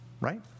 right